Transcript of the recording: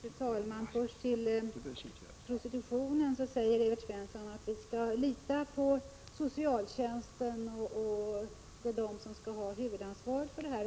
Fru talman! Vad först gäller prostitutionen säger Evert Svensson att vi skall lita på socialtjänsten och att det är den som skall vara huvudansvarig för insatserna.